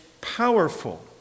powerful